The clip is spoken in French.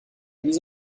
mise